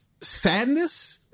sadness-